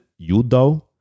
Yudo